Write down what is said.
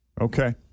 Okay